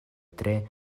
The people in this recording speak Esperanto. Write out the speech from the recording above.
tre